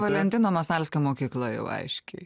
valentino masalskio mokykla jau aiškiai